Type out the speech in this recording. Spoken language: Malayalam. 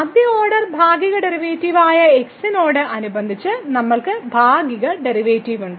ആദ്യ ഓർഡർ ഭാഗിക ഡെറിവേറ്റീവായ x നോട് അനുബന്ധിച്ച് നമ്മൾക്ക് ഭാഗിക ഡെറിവേറ്റീവ് ഉണ്ട്